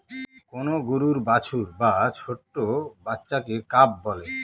কোন গরুর বাছুর বা ছোট্ট বাচ্চাকে কাফ বলে